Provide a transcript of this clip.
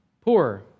poor